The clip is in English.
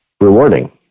rewarding